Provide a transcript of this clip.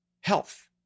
health